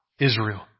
Israel